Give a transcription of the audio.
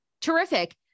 terrific